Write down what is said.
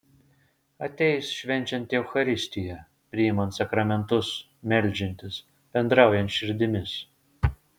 ateis švenčiant eucharistiją priimant sakramentus meldžiantis bendraujant širdimis